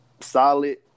solid